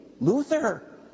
Luther